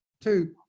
two